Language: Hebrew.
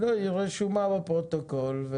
היא רשומה בפרוטוקול.